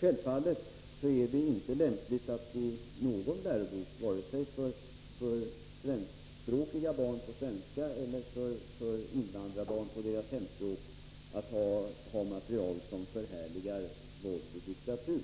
Självfallet är det inte lämpligt att i någon lärobok, vare sig för svenskspråkiga barn på svenska eller för invandrarbarn på deras hemspråk, ha material som förhärligar våld och diktatur.